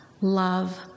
Love